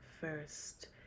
first